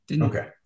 Okay